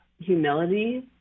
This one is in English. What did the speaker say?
humility